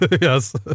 Yes